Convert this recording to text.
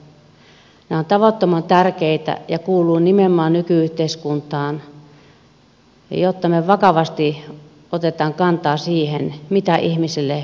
nämä ovat tavattoman tärkeitä ja kuuluvat nimenomaan nyky yhteiskuntaan jotta me vakavasti otamme kantaa siihen mitä ihmisille voi tehdä